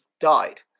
died